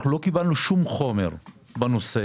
לא קיבלנו שום חומר בנושא.